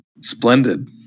Splendid